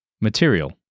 Material